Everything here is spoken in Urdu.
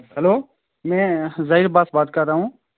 ہلو میں ظہیر عباس بات کر رہا ہوں